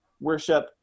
worship